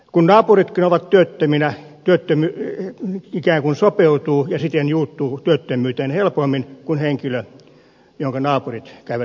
kun naapuritkin ovat työttöminä työtön ikään kuin sopeutuu ja siten juuttuu työttömyyteen helpommin kuin henkilö jonka naapurit käyvät töissä